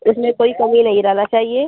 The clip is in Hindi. इसमें कोई कमी नहीं रहना चाहिए